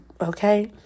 Okay